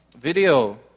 video